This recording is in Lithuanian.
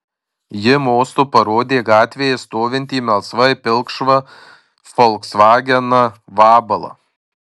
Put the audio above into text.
ji mostu parodė gatvėje stovintį melsvai pilkšvą folksvageną vabalą